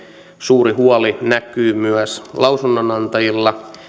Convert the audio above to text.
suuri huoli näkyy myös lausunnonantajilla